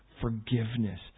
forgiveness